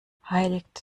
heiligt